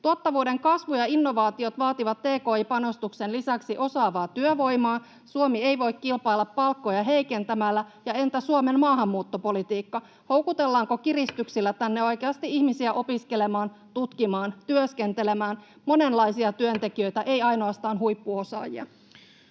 Tuottavuuden kasvu ja innovaatiot vaativat tki-panostuksen lisäksi osaavaa työvoimaa. Suomi ei voi kilpailla palkkoja heikentämällä, ja entä Suomen maahanmuuttopolitiikka: Houkutellaanko kiristyksillä tänne oikeasti ihmisiä opiskelemaan, tutkimaan, työskentelemään — monenlaisia työntekijöitä, ei ainoastaan huippuosaajia?